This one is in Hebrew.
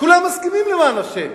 כולם מסכימים, למען השם.